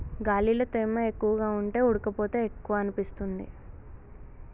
గాలిలో తేమ ఎక్కువగా ఉంటే ఉడుకపోత ఎక్కువనిపిస్తుంది